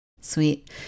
Sweet